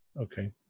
Okay